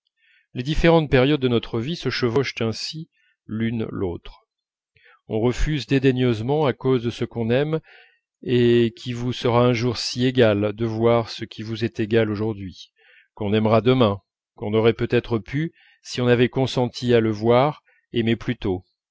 les différentes périodes de notre vie se chevauchent ainsi l'une l'autre on refuse dédaigneusement à cause de ce qu'on aime et qui vous sera un jour si égal de voir ce qui vous est égal aujourd'hui qu'on aimera demain qu'on aurait peut-être pu si on avait consenti à le voir aimer plus